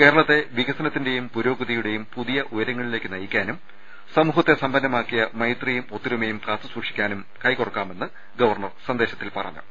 കേരളത്തെ വികസനത്തിന്റെയും പുരോഗതിയുടെയും പുതിയ ഉയരങ്ങളിലേയ്ക്ക് നയി ക്കാനും സമൂഹത്തെ സമ്പന്നമാക്കിയ മൈത്രിയും ഒത്തൊരുമയും കാത്തു സൂക്ഷിക്കാൻ കൈകോർക്കാ മെന്നും ഗവർണർ സന്ദേശത്തിൽ പറഞ്ഞു